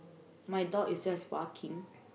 my dog is just barking